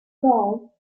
doll